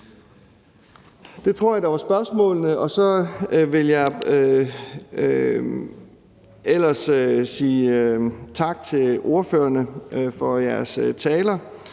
Det tror jeg var spørgsmålene, og så vil jeg ellers sige tak til ordførerne for deres taler.